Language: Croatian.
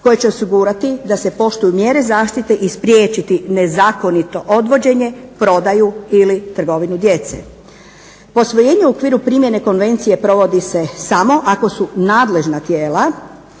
koje će osigurati da se poštuju mjere zaštite i spriječiti nezakonito odvođenje, prodaju ili trgovinu djece. Posvojenje u okviru primjene konvencije provodi se samo ako su nadležna tijela